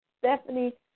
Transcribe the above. Stephanie